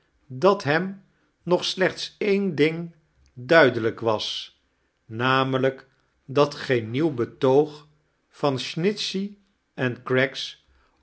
dat hem nog slechts een ding duidelijk was namelijk dat geen ndeuw betoog van snitehey en craggs